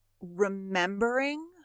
remembering